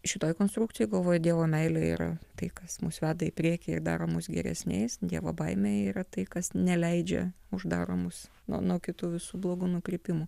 šitoj konstrukcijoj galvoj dievo meilė yra tai kas mus veda į priekį ir daro mus geresniais dievo baimė yra tai kas neleidžia uždaro mus nuo nuo kitų visų blogų nukrypimų